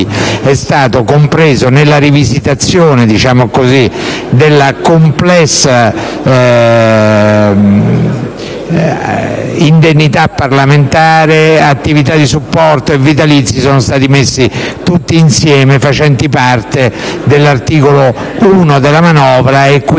è stato compreso nella rivisitazione della complessiva indennità parlamentare. Attività di supporto e vitalizi sono stati messi insieme nell'articolo 1 della manovra, e quindi